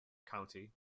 county